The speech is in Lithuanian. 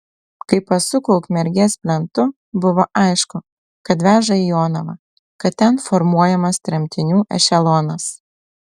kai pasuko ukmergės plentu buvo aišku kad veža į jonavą kad ten formuojamas tremtinių ešelonas